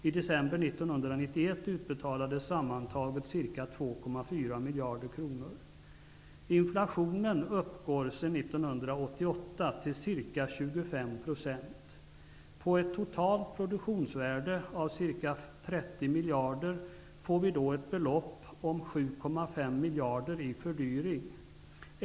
I december 1991 utbetalades sammantaget ca 1988 till ca 25 %. På ett toltalt produktionsvärde av ca 30 miljarder kronor får vi då ett belopp om 7,5 miljarder i fördyring.